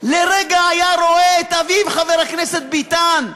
לרגע היה רואה את אביו, חבר הכנסת ביטן,